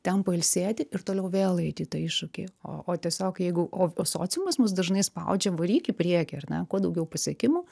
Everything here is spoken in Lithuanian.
ten pailsėti ir toliau vėl eiti į tą iššūkį o o tiesiog jeigu o o sociumas mus dažnai spaudžia varyk į priekį ar ne kuo daugiau pasiekimų